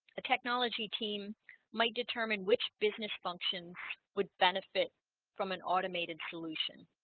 a technology team might determine which business functions would benefit from an automated solution